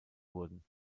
wurden